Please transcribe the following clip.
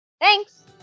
Thanks